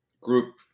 group